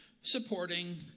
supporting